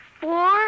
Four